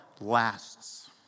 lasts